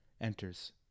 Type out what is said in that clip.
enters